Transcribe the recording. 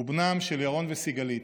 הוא בנם של ירון וסיגלית.